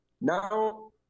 Now